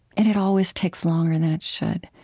it it always takes longer than it should,